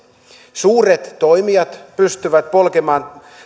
suuret toimijat pystyvät polkemaan